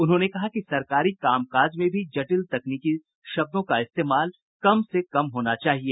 उन्होंने कहा कि सरकारी काम काज में भी जटिल तकनीकी शब्दों का इस्तेमाल कम से कम किया जाना चाहिए